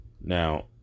Now